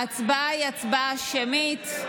ההצבעה היא הצבעה שמית.